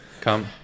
Come